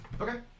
Okay